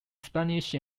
spanish